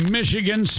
Michigan